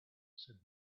said